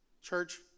church